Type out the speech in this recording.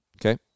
Okay